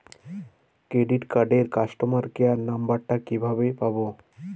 Credit কার্ডের customer care number টা কিভাবে পাবো?